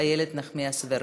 איילת נחמיאס ורבין.